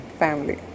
family